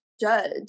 judge